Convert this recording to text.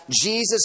Jesus